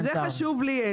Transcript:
הדוקומנטרי.